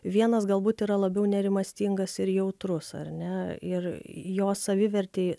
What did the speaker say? vienas galbūt yra labiau nerimastingas ir jautrus ar ne ir jo savivertei